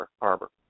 Harbor